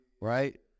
right